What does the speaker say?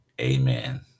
Amen